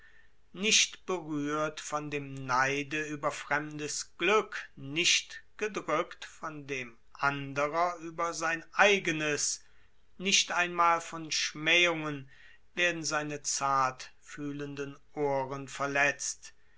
nicht berührt von dem neide über fremdes glück nicht gedrückt von dem über sein eigenes nicht einmal von schmähungen werden seine zartfühlenden ohren verletzt